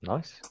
Nice